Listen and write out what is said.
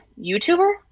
YouTuber